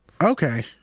Okay